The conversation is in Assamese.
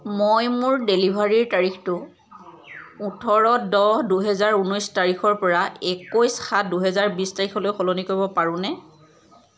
মই মোৰ ডেলিভাৰীৰ তাৰিখটো ওঠৰ দহ দুহেজাৰ ঊনৈছ তাৰিখৰ পৰা একৈছ সাত দুহেজাৰ বিছ তাৰিখলৈ সলনি কৰিব পাৰোঁনে